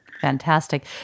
Fantastic